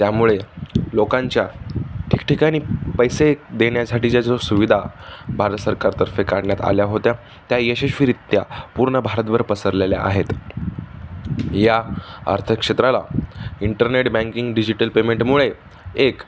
त्यामुळे लोकांच्या ठिकठिकाणी पैसे देण्यासाठी ज्या जो सुविधा भारत सरकारतर्फे काढण्यात आल्या होत्या त्या यशस्वीरित्या पूर्ण भारतभर पसरलेल्या आहेत या अर्थ क्षेत्राला इंटरनेट बँकिंग डिजिटल पेमेंटमुळे एक